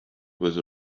with